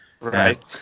Right